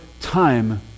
time